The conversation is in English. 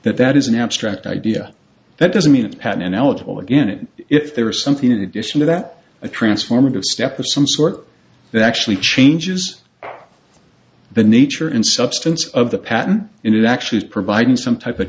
that that is an abstract idea that doesn't mean a pattern and eligible again and if there is something in addition to that a transformative step of some sort that actually changes the nature and substance of the patent and it actually is providing some type